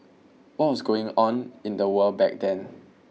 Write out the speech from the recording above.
what was going on in the world back then